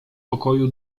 pokoju